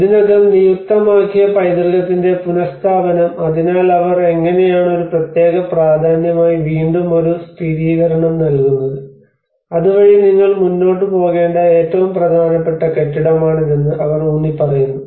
ഇതിനകം നിയുക്തമാക്കിയ പൈതൃകത്തിന്റെ പുനഃസ്ഥാപനം അതിനാൽ അവർ എങ്ങനെയാണ് ഒരു പ്രത്യേക പ്രാധാന്യമായി വീണ്ടും ഒരു സ്ഥിരീകരണം നൽകുന്നത് അതുവഴി നിങ്ങൾ മുന്നോട്ട് പോകേണ്ട ഏറ്റവും പ്രധാനപ്പെട്ട കെട്ടിടമാണിതെന്ന് അവർ ഊന്നിപ്പറയുന്നു